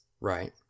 right